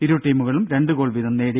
ഇരു ടീമുകളും രണ്ട് ഗോൾ വീതം നേടി